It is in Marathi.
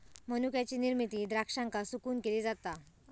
मनुक्याची निर्मिती द्राक्षांका सुकवून केली जाता